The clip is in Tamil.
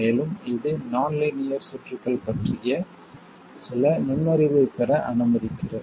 மேலும் இது நான் லீனியர் சுற்றுகள் பற்றிய சில நுண்ணறிவைப் பெற அனுமதிக்கிறது